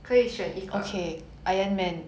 可以选一个